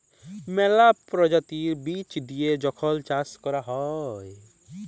ম্যালা পরজাতির বীজ দিঁয়ে যখল চাষ ক্যরা হ্যয়